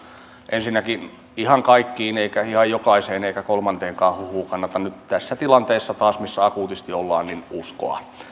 ensinnäkin ihan kaikkiin eikä ihan jokaiseen eikä kolmanteenkaan huhuun kannata nyt tässä tilanteessa taas missä akuutisti ollaan uskoa